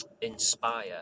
inspire